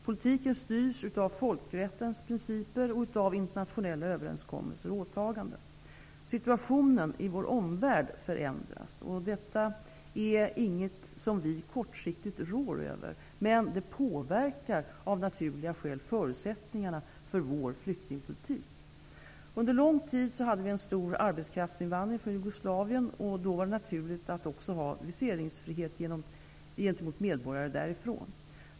Politiken styrs av folkrättens principer och av internationella överenskommelser och åtaganden. Situationen i vår omvärld förändras. Detta är inget som vi kortsiktigt rår över, men det påverkar av naturliga skäl förutsättningarna för vår flyktingpolitik. Under lång tid hade vi en stor arbetskraftsinvandring från Jugoslavien. Då var det naturligt att också ha viseringsfrihet gentemot medborgare därifrån.